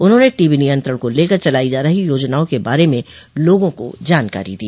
उन्होंन टीबी नियंत्रण को लेकर चलाई जा रही योजनाओं के बारे में लोगों को जानकारी दी